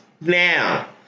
Now